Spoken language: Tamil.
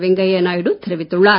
வெங்கையா நாயுடு தெரிவித்துள்ளார்